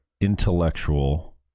intellectual